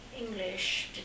English